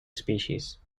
species